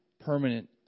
permanent